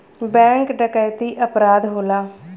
bank डकैती अपराध होला